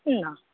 না